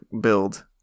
build